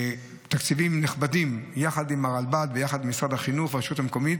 תקציבים נכבדים יחד עם הרלב"ד ויחד עם משרד החינוך והרשות המקומית,